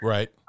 Right